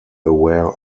aware